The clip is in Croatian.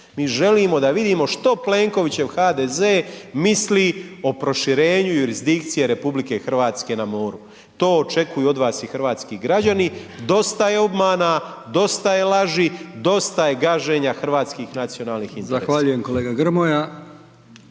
Mi želimo da vidimo što Plenkovićev HDZ misli o proširenju jurisdikcije RH na moru, to očekuju od vas i hrvatski građani, dosta je obmana, dosta je laži, dosta je gaženja hrvatskih nacionalnih interesa.